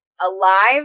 alive